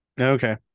Okay